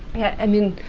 yeah, i mean,